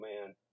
man